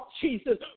Jesus